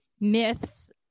myths